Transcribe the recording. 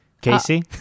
casey